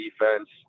defense